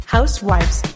Housewives